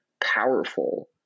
powerful